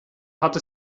hatte